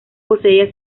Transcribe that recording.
poseía